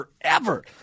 forever